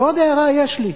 ועוד הערה יש לי,